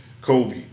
Kobe